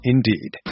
Indeed